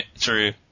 True